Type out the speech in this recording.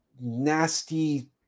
nasty